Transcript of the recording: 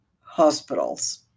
hospitals